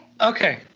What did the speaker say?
Okay